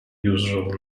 usual